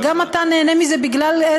אבל גם אתה נהנה מזה בגלל,